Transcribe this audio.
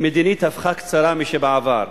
מדינית הפכה קצרה מבעבר.